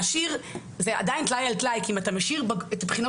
ה - חשוב לי מאוד שלא תתקבלנה החלטות לפני